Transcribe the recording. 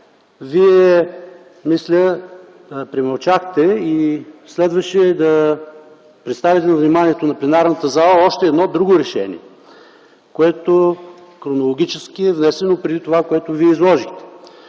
Вие, мисля, премълчахте, и следваше да представите на вниманието на пленарната зала още едно друго решение, което хронологично е внесено преди това, което Вие прочетохте.